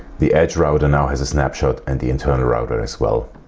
the edge router now has a snapshot and the internal router as well.